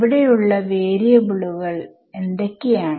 electric ഫീൽഡുകൾ എത്ര അകലെയാണ്